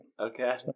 Okay